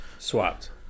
Swapped